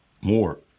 more